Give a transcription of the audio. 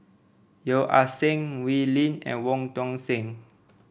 Yeo Ah Seng Wee Lin and Wong Tuang Seng